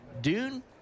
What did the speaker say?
Dune